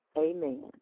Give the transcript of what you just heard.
Amen